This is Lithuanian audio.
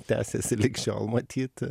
tęsiasi lig šiol matyt